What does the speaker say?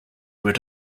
were